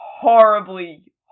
horribly